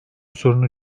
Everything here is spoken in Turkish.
sorunu